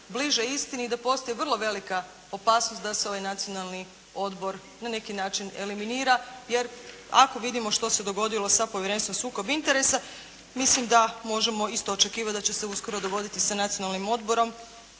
bliže istini i da postoji vrlo velika opasnost da se ovaj nacionalni odbor na neki način eliminira jer, ako vidimo što se dogodilo sa Povjerenstvom sukob interesa, mislim da možemo isto očekivati da će se uskoro dogoditi sa nacionalnim odborom,